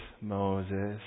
Moses